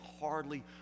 hardly